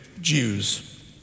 Jews